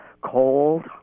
cold